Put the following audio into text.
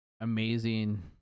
amazing